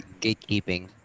gatekeeping